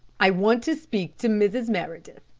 i want to speak to mrs. meredith.